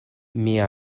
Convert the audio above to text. mia